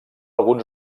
alguns